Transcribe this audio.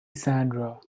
sandra